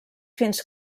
fins